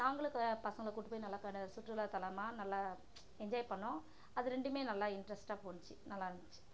நாங்களும் பசங்களை கூட்டு போய் நல்லா சுற்றுலாத்தலமாக நல்லா என்ஜாய் பண்ணோம் அது ரெண்டும் நல்லா இன்ட்ரஸ்ட்டாக போச்சி நல்லாயிருந்துச்சி